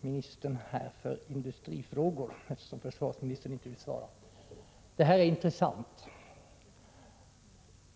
ministern för industrifrågor, eftersom försvarsministern inte vill svara. Det här var intressant.